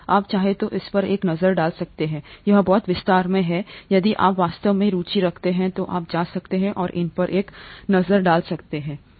आप चाहें तो इस पर एक नज़र डाल सकते हैं यह बहुत विस्तार से है यदि आप वास्तव में रुचि रखते हैं तो आप जा सकते हैं और इस पर एक नज़र डाल सकते हैं